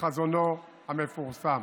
בחזונו המפורסם.